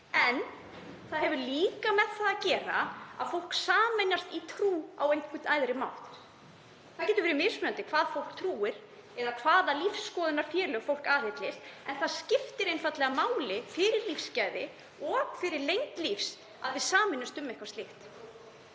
En það hefur líka með það að gera að fólk sameinast í trú á einhvern æðri mátt. Það getur verið mismunandi á hvað fólk trúir eða hvaða lífsskoðunarfélög fólk aðhyllist, en það skiptir einfaldlega máli fyrir lífsgæði og fyrir lengd lífs að við sameinumst um eitthvað slíkt.